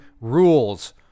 rules